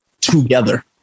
Together